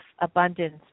abundance